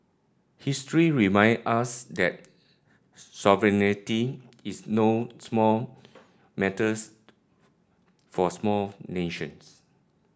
history reminds us that sovereignty is no small matters for smaller nations